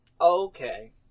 Okay